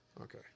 okay